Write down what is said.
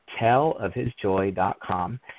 tellofhisjoy.com